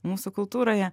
mūsų kultūroje